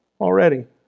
already